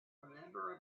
remember